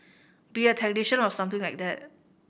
be a technician or something like that